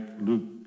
Luke